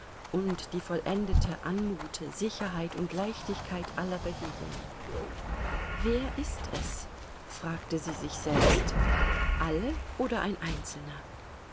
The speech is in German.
und die vollendete anmut sicherheit und leichtigkeit aller bewegungen wer ist es fragte sie sich selbst alle oder ein einzelner